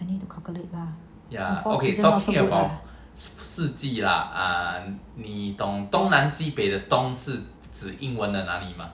you need to calculate lah